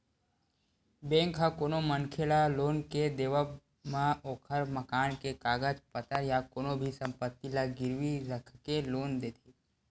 bank ह कोनो मनखे ल लोन के देवब म ओखर मकान के कागज पतर या कोनो भी संपत्ति ल गिरवी रखके लोन देथे